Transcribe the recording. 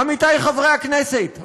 עמיתי חברי הכנסת,